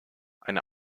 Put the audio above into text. eine